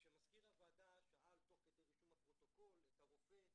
כשמזכיר הוועדה שאל תוך כדי רישום הפרוטוקול את הרופא: